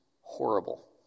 horrible